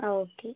ആ ഓക്കെ